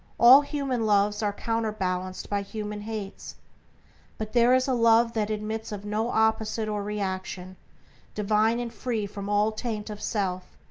all human loves are counterbalanced by human hates but there is a love that admits of no opposite or reaction divine and free from all taint of self,